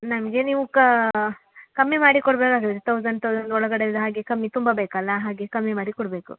ನಮಗೆ ನೀವು ಕಮ್ಮಿ ಮಾಡಿ ಕೊಡಬೇಕಾಗುತ್ತೆ ತೌಝಂಡ್ ತೌಝಂಡ್ ಒಳಗಡೆದು ಹಾಗೆ ಕಮ್ಮಿ ತುಂಬ ಬೇಕಲ್ಲ ಹಾಗೆ ಕಮ್ಮಿ ಮಾಡಿ ಕೊಡಬೇಕು